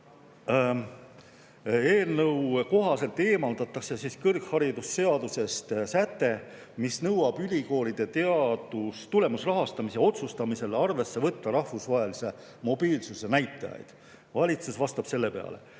Eelnõu kohaselt eemaldataks kõrgharidusseadusest säte, mille järgi tuleb ülikoolide tulemusrahastamise otsustamisel arvesse võtta rahvusvahelise mobiilsuse näitajaid. Valitsus vastab selle peale: